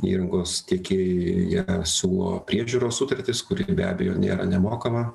įrangos tiekėjai jie siūlo priežiūros sutartis kuri be abejo nėra nemokama